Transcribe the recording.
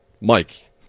Mike